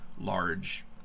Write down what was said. large